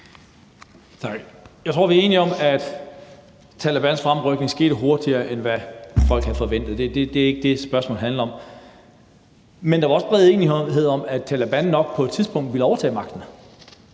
Jeg tror, vi er enige om, at Talebans fremrykning skete hurtigere, end hvad folk havde forventet – det er ikke det, spørgsmålet handler om. Men der var også bred enighed om, at Taleban nok på et tidspunkt ville overtage magten.